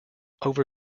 over